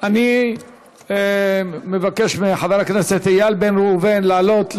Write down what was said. אני מבקש מחבר הכנסת איל בן ראובן לעלות לברך,